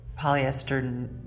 polyester